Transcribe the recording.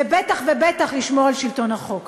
ובטח ובטח לשמור על שלטון החוק.